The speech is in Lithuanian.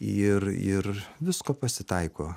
ir ir visko pasitaiko